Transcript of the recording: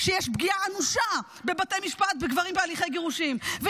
שיש פגיעה אנושה בגברים בהליכי גירושים בבתי משפט,